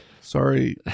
sorry